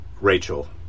Rachel